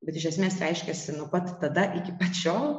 bet iš esmės reiškiasi nuo pat tada iki pat šiol